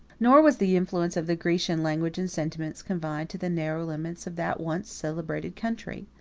nor was the influence of the grecian language and sentiments confined to the narrow limits of that once celebrated country.